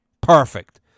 perfect